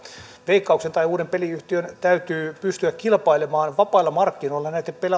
veikkauksen tai uuden peliyhtiön täytyy pystyä kilpailemaan vapailla markkinoilla näitten